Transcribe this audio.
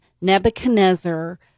Nebuchadnezzar